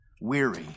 weary